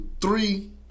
three